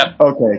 okay